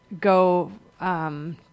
go